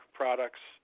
products